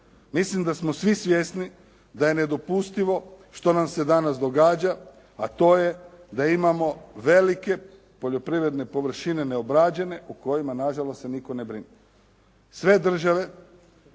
Mislim da smo svi svjesni da je nedopustivo što nam se danas događa, a to je da imamo velike poljoprivredne površine neobrađene o kojima se na žalost nitko ne brine. Sve države